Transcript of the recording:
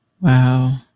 Wow